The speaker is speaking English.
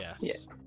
Yes